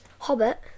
Hobbit